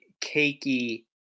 cakey